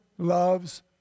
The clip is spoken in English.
Loves